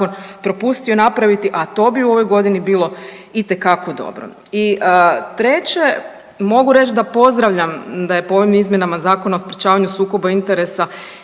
propustio napraviti, a to bi u ovoj godini bilo itekako dobro. I treće mogu reći da pozdravljam da je po ovim izmjenama Zakona o sprječavanju sukoba interesa